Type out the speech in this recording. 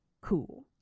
cool